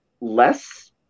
less